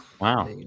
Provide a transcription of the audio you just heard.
Wow